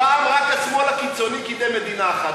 פעם רק השמאל הקיצוני קידם מדינה אחת.